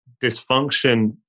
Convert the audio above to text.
dysfunction